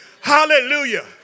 Hallelujah